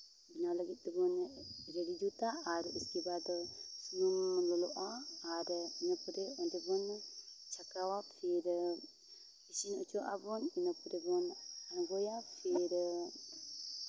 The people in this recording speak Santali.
ᱚᱱᱟ ᱞᱟᱹᱜᱤᱫ ᱛᱮᱵᱚᱱ ᱨᱮᱰᱤ ᱡᱩᱛᱟ ᱟᱨ ᱩᱥᱠᱮ ᱵᱟᱫᱽ ᱥᱩᱱᱩᱢ ᱞᱚᱞᱚᱜᱼᱟ ᱟᱨ ᱤᱱᱟᱹ ᱯᱚᱨᱮ ᱚᱸᱰᱮ ᱵᱚᱱ ᱪᱷᱟᱠᱟᱣᱟ ᱯᱷᱤᱨ ᱤᱥᱤᱱ ᱦᱚᱪᱚᱣᱟᱜ ᱵᱚᱱ ᱤᱱᱟᱹ ᱯᱚᱨᱮ ᱵᱚᱱ ᱟᱲᱜᱚᱭᱟ ᱯᱷᱤᱨ